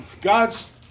God's